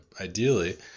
ideally